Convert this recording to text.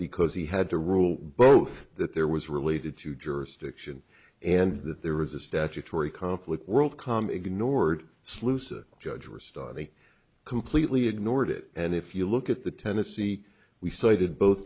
because he had to rule both that there was related to jurisdiction and that there was a statutory conflict worldcom ignored sluice a judge wrist on a completely ignored it and if you look at the tennessee we cited both